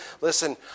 listen